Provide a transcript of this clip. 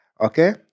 Okay